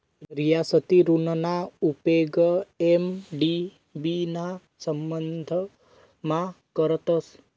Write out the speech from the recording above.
रियासती ऋणना उपेग एम.डी.बी ना संबंधमा करतस